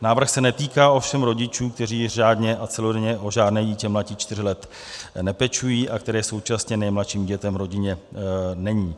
Návrh se netýká ovšem rodičů, kteří řádně a celodenně o žádné dítě mladší čtyř let nepečují a které současně nejmladším dítětem v rodině není.